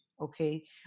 okay